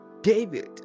David